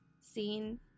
scene